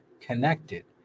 connected